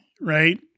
right